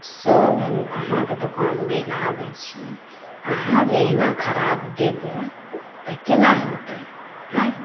सब हम अहाँके दोकानमे लैलए आबै छी अहाँ जे एना खराब देबै तऽ कोना होतै अँए